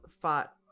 fought